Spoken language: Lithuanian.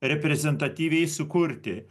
reprezentatyviai sukurti